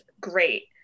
great